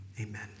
amen